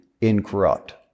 incorrupt